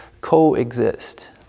coexist